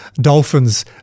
Dolphins